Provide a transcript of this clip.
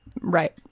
Right